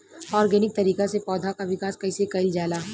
Organic तरीका से पौधा क विकास कइसे कईल जाला?